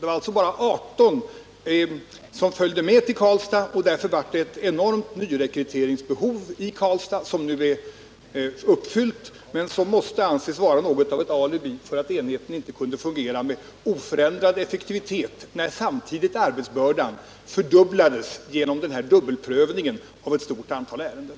Det var alltså bara 18 som följde med till Karlstad, och därför uppstod i Karlstad ett enormt nyrekryteringsbehov. Detta är nu fyllt, men det måste anses utgöra något av ett alibi för att enheten inte kunde fungera med oförändrad effektivitet när samtidigt arbetsbördan fördubblades genom dubbelprövningen av ett stort antal ärenden.